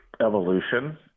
evolution